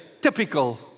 typical